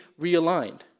realigned